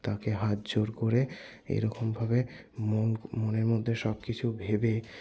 তাকে হাত জোর করে এরকমভাবে মন মনের মধ্যে সব কিছু ভেবে